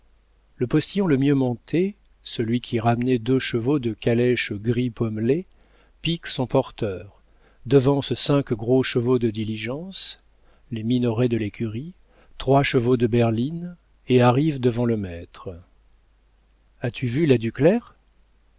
le postillon le mieux monté celui qui ramenait deux chevaux de calèche gris pommelé pique son porteur devance cinq gros chevaux de diligence les minoret de l'écurie trois chevaux de berline et arrive devant le maître as-tu vu la ducler